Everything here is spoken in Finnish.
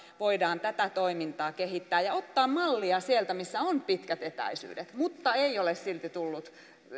voidaan tätä toimintaa kehittää ja ottaa mallia sieltä missä on pitkät etäisyydet mutta ei ole sitten tullut